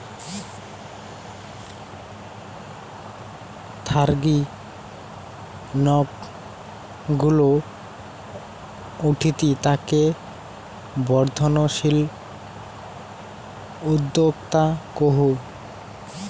থারিগী নক গুলো উঠতি তাকে বর্ধনশীল উদ্যোক্তা কহে